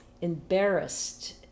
embarrassed